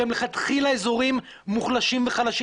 שהם מלכתחילה אזורים מוחלשים וחלשים,